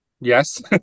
Yes